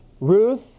Ruth